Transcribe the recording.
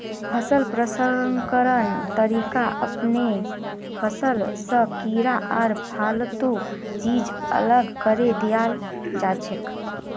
फसल प्रसंस्करण तरीका अपनैं फसल स कीड़ा आर फालतू चीज अलग करें दियाल जाछेक